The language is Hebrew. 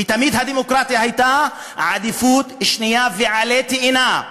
ותמיד הדמוקרטיה הייתה עדיפות שנייה ועלה תאנה.